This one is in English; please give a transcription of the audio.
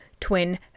twin